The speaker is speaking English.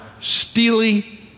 steely